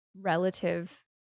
relative